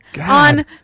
on